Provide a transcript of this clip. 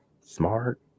Smart